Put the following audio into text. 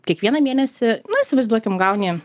kiekvieną mėnesį na įsivaizduokim gauni